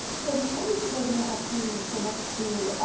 the motion doesn't ask you so much to